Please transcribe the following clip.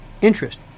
interest